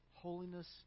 Holiness